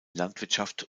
landwirtschaft